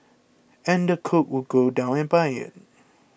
and the cook would go down and buy it